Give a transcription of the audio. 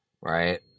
right